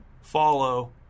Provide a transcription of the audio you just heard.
follow